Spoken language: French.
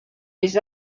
des